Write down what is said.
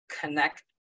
connect